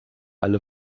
alle